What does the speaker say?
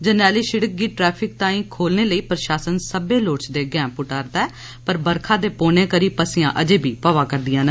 जरनैली शिड़क गी ट्रैफिक तांई खोलने लेई प्रशासन सब्बै लोड़चदे गैंई पुट्टा'रदा ऐ पर बरखा दे पौने करी पस्सियां अजें पेई जा'रदियां न